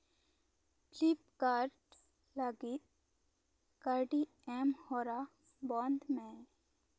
Flipkart ᱞᱟᱹᱜᱤᱫ ᱠᱟᱹᱣᱰᱤ ᱮᱢ ᱦᱚᱨᱟ ᱵᱚᱱᱫᱷ ᱢᱮ